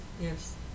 Yes